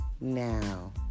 now